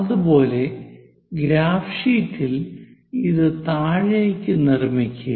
അതുപോലെ ഗ്രാഫ് ഷീറ്റിൽ ഇത് താഴേയ്ക്ക് നിർമ്മിക്കുക